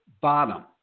bottom